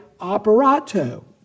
operato